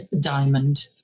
diamond